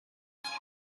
eight